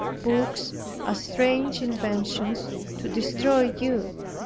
books are strange inventions to destroy youth.